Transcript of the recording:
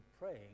praying